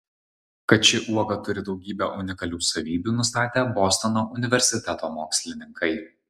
kad ši uoga turi daugybę unikalių savybių nustatė bostono universiteto mokslininkai